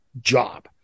job